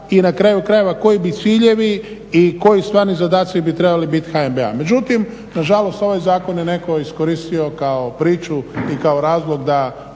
i na kraju krajeva koji bi ciljevi i koji stvarni zadaci bi trebali biti HNB-a. Međutim, nažalost ovaj zakon je neko iskoristio kao priču i kao razlog da